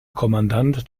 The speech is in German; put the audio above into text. kommandant